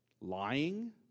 Lying